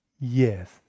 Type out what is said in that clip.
yes